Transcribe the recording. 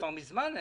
כבר מזמן.